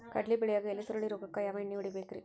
ಕಡ್ಲಿ ಬೆಳಿಯಾಗ ಎಲಿ ಸುರುಳಿ ರೋಗಕ್ಕ ಯಾವ ಎಣ್ಣಿ ಹೊಡಿಬೇಕ್ರೇ?